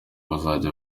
bazajya